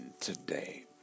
today